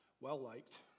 well-liked